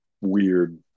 weird